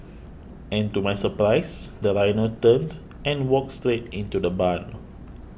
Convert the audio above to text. and to my surprise the rhino turned and walked straight into the barn